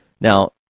Now